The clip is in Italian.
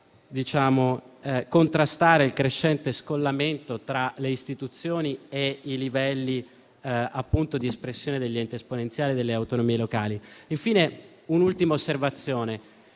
a contrastare il crescente scollamento tra le istituzioni e i livelli di espressione degli enti esponenziali delle autonomie locali. Da ultimo, la Carta viene